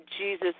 Jesus